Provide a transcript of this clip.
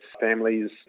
families